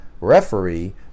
referee